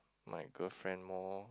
my girlfriend more